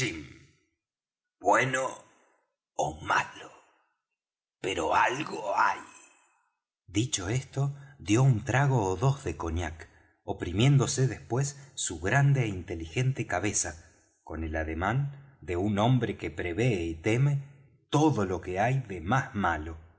bueno ó malo pero algo hay dicho esto dió un trago ó dos de cognac oprimiéndose después su grande é inteligente cabeza con el ademán de un hombre que prevee y teme todo lo que hay de más malo